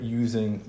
using